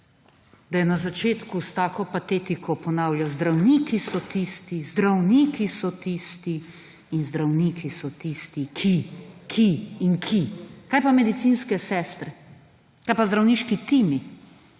da je na začetku s tako patetiko ponavljal zdravniki so tisti, zdravniki so tisti in zdravniki so tisti, ki in ki. Kaj pa medicinske sestre, kaj pa zdravniški timi?